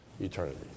eternity